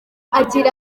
agira